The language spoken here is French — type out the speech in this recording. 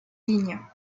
lignes